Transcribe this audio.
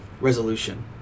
resolution